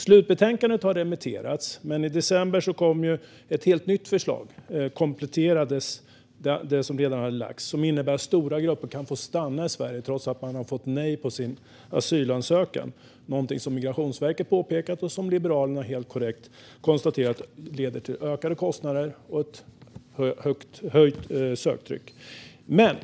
Slutbetänkandet har remitterats, men i december kom ett helt nytt förslag som kompletterade det som redan lagts fram, vilket innebär att stora grupper kan få stanna i Sverige trots nej på asylansökan - något som Migrationsverket påpekat och som Liberalerna helt korrekt konstaterat leder till ökade kostnader och ett höjt söktryck.